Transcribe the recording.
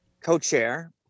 co-chair